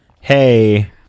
hey